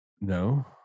no